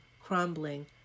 crumbling